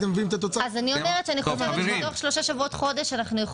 תוך שלושה שבועות עד חודש.